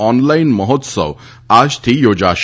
online મહોત્સવ આજથી યોજાશે